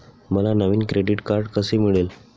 मला नवीन credit card कसे मिळेल?